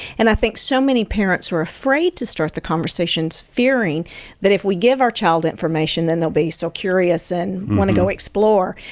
and i think so many parents are afraid to start the conversations, fearing that if we give our child information, then they'll be be so curious and want to go explore,